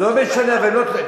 לא משנה, אבל הם לא תלויים.